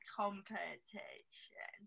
competition